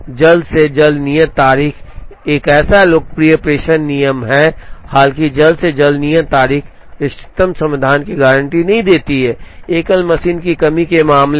जल्द से जल्द नियत तारीख एक ऐसा लोकप्रिय प्रेषण नियम है हालांकि जल्द से जल्द नियत तारीख इष्टतम समाधान की गारंटी नहीं देती है एकल मशीन की कमी के मामले में